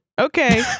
Okay